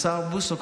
השר בוסו,